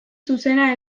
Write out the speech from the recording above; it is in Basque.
zuzena